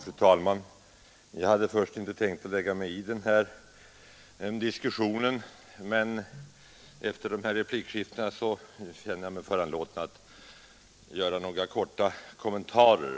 Fru talman! Jag hade först inte tänkt blanda mig i denna diskussion, men efter de replikskiften som förekommit känner jag mig föranlåten att göra några korta kommentarer.